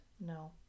No